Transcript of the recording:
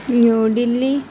new Delhi